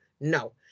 No